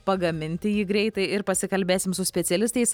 pagaminti jį greitai ir pasikalbėsim su specialistais